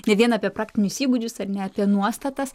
ne vien apie praktinius įgūdžius ar ne apie nuostatas